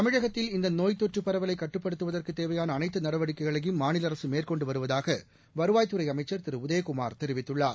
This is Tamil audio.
தமிழகத்தில் இந்த நோப் தொற்று பரவலை கட்டுப்படுத்துவதற்கு தேவையான அனைத்து நடவடிக்கைகளையும் மாநில அரசு மேற்கொண்டு வருவதாக வருவாய்த்துறை அமைச்சா் திரு உதயகுமாா் தெரிவித்துள்ளார்